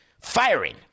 firing